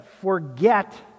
forget